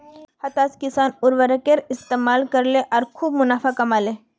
हताश किसान उर्वरकेर इस्तमाल करले आर खूब मुनाफ़ा कमा ले